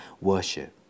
worship